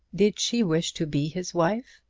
did she wish to be his wife?